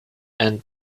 and